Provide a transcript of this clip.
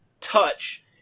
touch